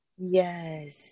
yes